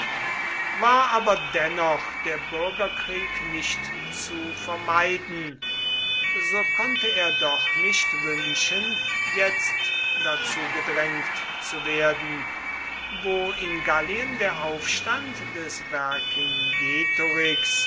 war aber dennoch der bürgerkrieg nicht zu vermeiden so konnte er doch nicht wünschen jetzt dazu gedrängt zu werden wo in gallien der aufstand des